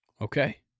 Okay